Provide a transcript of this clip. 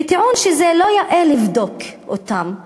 בטיעון שזה לא יאה לבדוק אותם,